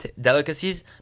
delicacies